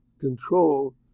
control